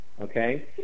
Okay